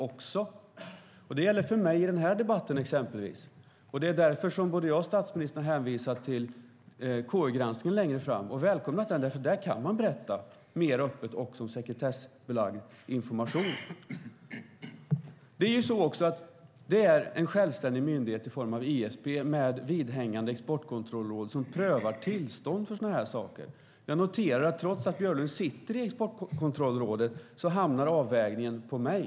Och det gäller för mig i den här debatten till exempel. Det är därför som både jag och statsministern hänvisar till KU-granskningen längre fram och har välkomnat den, därför att där kan man berätta mer öppet också om sekretessbelagd information. Det är en självständig myndighet i form av ISP med vidhängande exportkontrollråd som prövar tillstånd för sådana här saker. Jag noterar att trots att Björlund sitter i Exportkontrollrådet hamnar avvägningen hos mig.